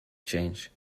change